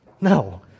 No